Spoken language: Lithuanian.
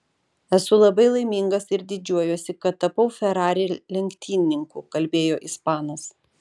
esu labai laimingas ir didžiuojuosi kad tapau ferrari lenktynininku kalbėjo ispanas